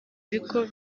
bigo